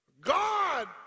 God